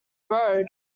road